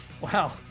wow